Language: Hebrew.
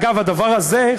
אגב הדבר הזה,